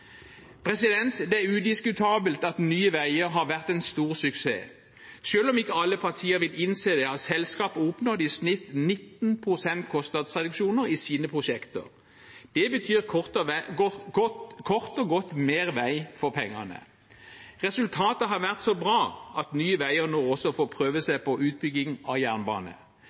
Det er udiskutabelt at Nye Veier har vært en stor suksess. Selv om ikke alle partier vil innse det, har selskapet oppnådd i snitt 19 pst. kostnadsreduksjon i sine prosjekter. Det betyr kort og godt mer vei for pengene. Resultatet har vært så bra at Nye Veier nå også får prøve seg på utbygging av jernbane.